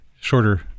shorter